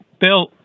Bill